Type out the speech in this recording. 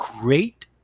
great